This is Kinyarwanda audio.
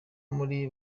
muri